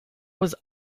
was